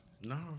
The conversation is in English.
No